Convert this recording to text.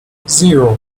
zero